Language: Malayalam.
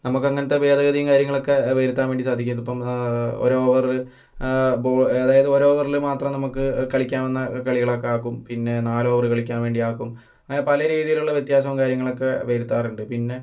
നമുക്ക് അങ്ങനത്തെ ഭേദഗതിയും കാര്യങ്ങളൊക്കെ വരുത്താൻ വേണ്ടി സാധിക്കും ഇതിപ്പം ഒരു ഓവർ ബോ അതായത് ഒരു ഓവറിൽ മാത്രം നമുക്ക് കളിക്കാവുന്ന കളികളൊക്കെ ആക്കും പിന്നെ നാല് ഓവർ കളിക്കാൻ വേണ്ടിയാക്കും അങ്ങനെ പല രീതിയിലുള്ള വ്യത്യാസവും കാര്യങ്ങളൊക്കെ വരുത്താറുണ്ട് പിന്നെ